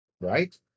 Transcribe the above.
right